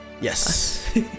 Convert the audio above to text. Yes